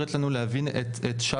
את זה, אנחנו לא לוקחים בחשבון.